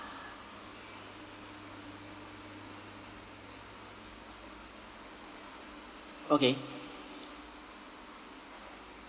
okay